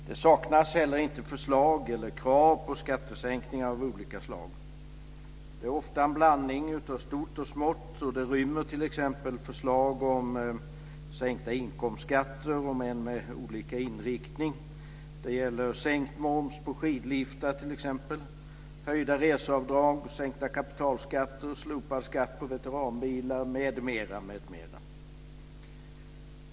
Det saknas heller inte förslag eller krav på skattesänkningar av olika slag. Det är ofta en blandning av stort och smått. Det finns t.ex. förslag om sänkta inkomstskatter, om än med olika inriktning. Det gäller sänkt moms på skidliftar, höjda reseavdrag, sänkta kapitalskatter, slopad skatt på veteranbilar m.m.